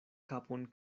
kapon